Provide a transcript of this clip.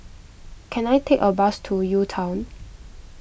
can I take a bus to UTown